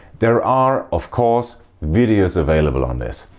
there are of course videos available on this.